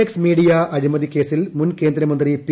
X media അഴിമതി കേസിൽ മുൻ കേന്ദ്രമന്ത്രി പി